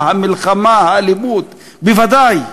האימה, המלחמה, האלימות, בוודאי.